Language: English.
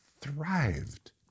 thrived